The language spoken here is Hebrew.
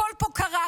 הכול פה קרס,